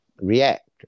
react